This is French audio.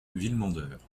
villemandeur